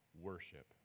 Worship